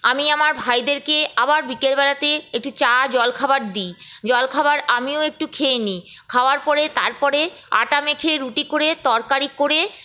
আমি আমার ভাইদেরকে আবার বিকেল বেলাতে একটু চা জলখাবার দিই জলখাবার আমিও একটু খেয়ে নিই খাওয়ার পরে তারপরে আটা মেখে রুটি করে তরকারি করে